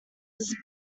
this